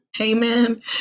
Amen